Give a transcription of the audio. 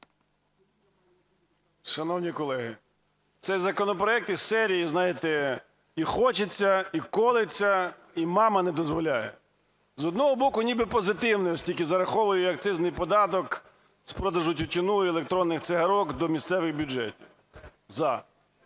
Шановні колеги, цей законопроект із серії, знаєте, і хочеться, і колеться і мама не дозволяє. З одного боку, ніби позитивний, оскільки зараховує акцизний податок з продажу тютюну і електронних цигарок до місцевих бюджетів – за.